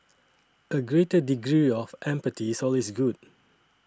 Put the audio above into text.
a greater degree of empathy is always good